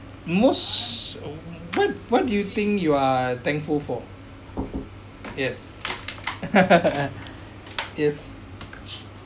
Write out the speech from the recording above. most what what do you think you are thankful for yes yes